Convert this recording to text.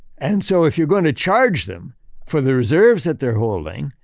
and so, if you're going to charge them for the reserves that they're holding,